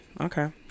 Okay